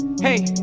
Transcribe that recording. hey